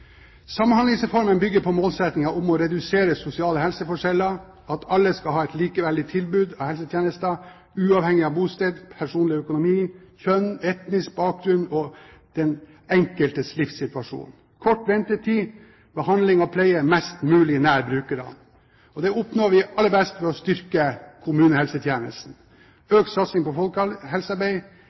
Samhandlingsreformen bygger på målsettingen om å redusere sosiale helseforskjeller, at alle skal ha et likeverdig tilbud av helsetjenester uavhengig bosted, personlig økonomi, kjønn, etnisk bakgrunn og den enkeltes livssituasjon – kort ventetid, behandling og pleie mest mulig nær brukerne. Det oppnår vi aller best ved å styrke kommunehelsetjenesten, økt satsing på